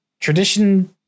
tradition